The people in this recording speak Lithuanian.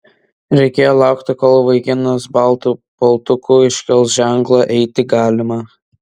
reikėjo laukti kol vaikinas baltu paltuku iškels ženklą eiti galima